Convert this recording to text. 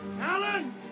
Alan